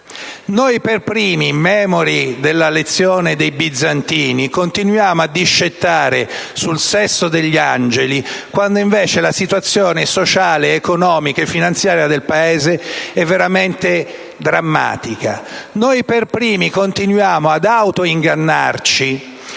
Noi per primi, memori della lezione dei bizantini, continuiamo a discettare sul sesso degli angeli, quando invece la situazione sociale, economica e finanziaria del Paese è veramente drammatica. Noi per primi continuiamo ad autoingannarci